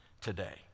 today